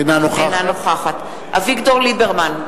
אינה נוכחת אביגדור ליברמן,